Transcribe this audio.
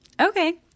Okay